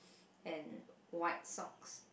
and white socks